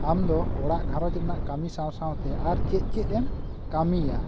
ᱟᱢᱫᱚ ᱚᱲᱟᱜ ᱜᱷᱟᱨᱚᱸᱡᱽ ᱨᱮᱱᱟᱜ ᱠᱟᱹᱢᱤ ᱥᱟᱶᱼᱥᱟᱶᱛᱮ ᱟᱨ ᱪᱮᱫ ᱪᱮᱫᱮᱢ ᱠᱟᱹᱢᱤᱭᱟ